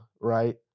right